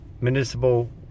municipal